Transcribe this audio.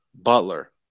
Butler